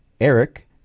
Eric